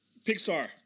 Pixar